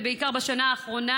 ובעיקר בשנה האחרונה,